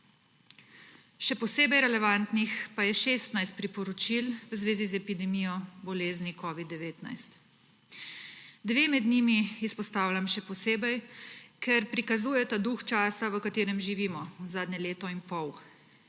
še posebej relevantnih pa je 16 priporoči v zvezi z epidemijo bolezni covid-19. Dve izpostavljam še posebej, ker prikazujeta duh časa, v katerem živimo zadnje leto in pol.